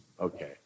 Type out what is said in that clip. Okay